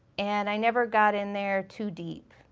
and i never got in there too deep,